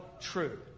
true